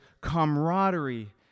camaraderie